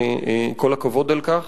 וכל הכבוד על כך.